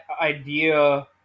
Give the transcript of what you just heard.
idea